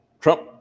Trump